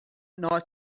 not